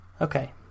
Okay